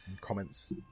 comments